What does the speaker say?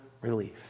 relief